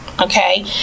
okay